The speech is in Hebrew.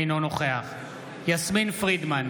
אינו נוכח יסמין פרידמן,